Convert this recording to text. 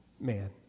man